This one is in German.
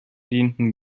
dienten